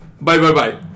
bye-bye-bye